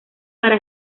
para